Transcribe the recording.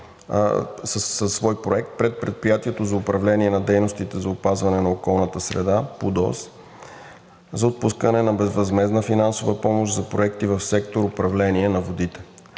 със свой проект пред предприятието за управление на дейностите за опазване на околната среда – ПУДООС, за отпускане на безвъзмездна финансова помощ за проекти в сектор „Управление на водите“.